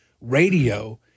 Radio